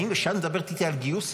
כשאת מדברת איתי על גיוס,